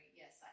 yes